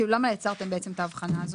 כאילו למה יצרתם בעצם את ההבחנה הזאת?